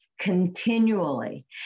continually